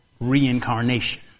reincarnation